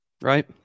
Right